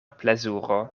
plezuro